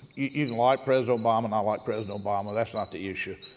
you can like president obama, not like president obama, that's not the issue.